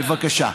בבקשה.